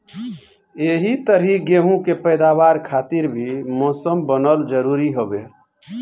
एही तरही गेंहू के पैदावार खातिर भी मौसम बनल जरुरी हवे